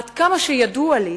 עד כמה שידוע לי